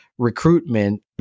recruitment